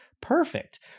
perfect